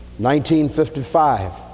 1955